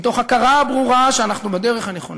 להתמודד עם הקשיים בשמחה מתוך הכרה ברורה שאנחנו בדרך הנכונה.